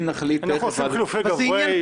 אם נחליט תיכף על --- אנחנו עושים חילופי גברי.